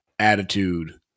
Attitude